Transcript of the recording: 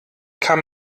kann